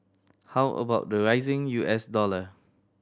how about the rising U S dollar